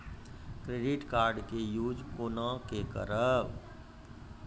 Credit card के use कोना के करबऽ?